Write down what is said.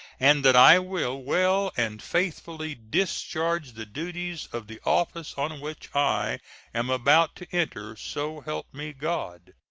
and that i will well and faithfully discharge the duties of the office on which i am about to enter. so help me god.